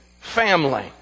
family